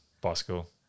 Bicycle